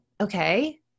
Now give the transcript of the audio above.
okay